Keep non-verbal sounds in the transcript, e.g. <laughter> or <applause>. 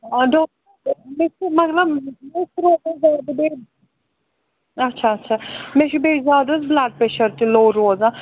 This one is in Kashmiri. ڈو مےٚ چھُ مطلب <unintelligible> زیادٕ بیٚیہِ اچھا اچھا مےٚ چھِ بیٚیہِ زیادٕ حظ بٕلَڈ پرٛیشَر تہِ لو روزان